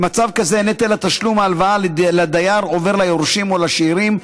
במצב כזה נטל תשלום ההלוואה לדייר עובר ליורשים או לשאירים,